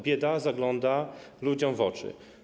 Bieda zagląda ludziom w oczy.